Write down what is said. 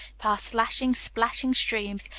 past slashing, splashing streams,